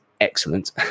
excellent